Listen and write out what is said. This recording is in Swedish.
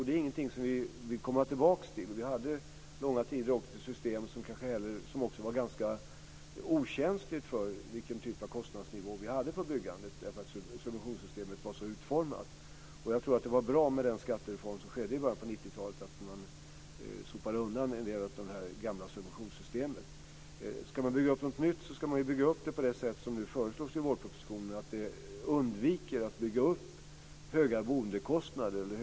Det är ingenting vi vill tillbaka till. Vi hade under långa tider ett system som var ganska okänsligt för kostnadsnivån på byggandet. Subventionssystemet var utformat så. Det var bra att skattereformen i början på 90-talet sopade undan en del av det gamla subventionssystemet. Om man ska bygga upp något nytt ska det göras så som föreslås i vårpropositionen, så att man undviker att bygga upp höga byggkostnader.